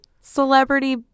Celebrity